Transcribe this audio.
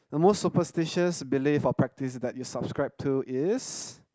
the most superstitious belief or practice that you subscribe to is